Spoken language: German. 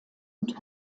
und